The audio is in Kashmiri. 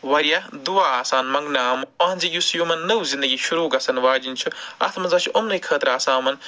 واریاہ دُعا آسان مَگنہٕ آمُت أہٕنٛزِ یُس یِمَن نٔو زندگی شُروٗع گژھَن واجِن چھِ اَتھ منٛز سا چھِ اُمنٕے خٲطرٕ آسان یِمَن